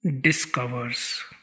discovers